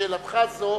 על שאלתך זו,